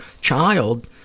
child